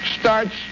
starts